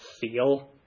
feel